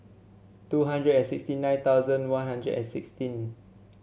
two hundred and sixty nine thousand One Hundred and sixteen